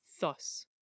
thus